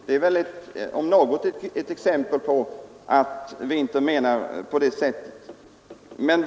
Det är väl om något ett exempel på centerns inställning till denna fråga.